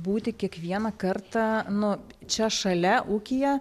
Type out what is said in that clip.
būti kiekvieną kartą nu čia šalia ūkyje